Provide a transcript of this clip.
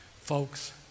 Folks